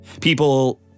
people